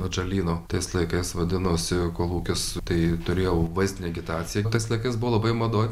atžalyno tais laikais vadinosi kolūkis tai turėjau vaizdinę agitaciją tais laikais buvo labai madoj